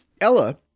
Ella